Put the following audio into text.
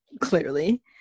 clearly